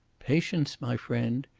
patience, my friend.